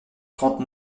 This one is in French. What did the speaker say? trente